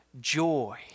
joy